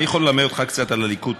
אני יכול ללמד אותך קצת על הליכוד.